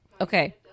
Okay